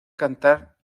cantar